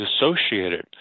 associated